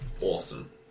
awesome